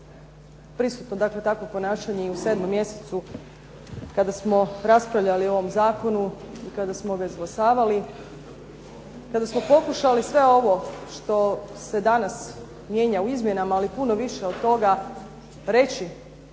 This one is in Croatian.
prisutno dakle takvo ponašanje i u 7. mjesecu kada smo raspravljali o ovom zakonu i kada smo ga izglasavali. Kada smo pokušali sve ovo što se danas mijenja u izmjenama, ali i puno više od toga, reći